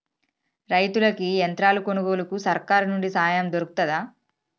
రైతులకి యంత్రాలు కొనుగోలుకు సర్కారు నుండి సాయం దొరుకుతదా?